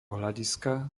hľadiska